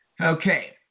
Okay